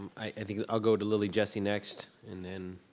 i mean i'll go to lilly jessie next, and then